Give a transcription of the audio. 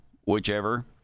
Whichever